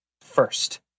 first